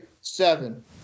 seven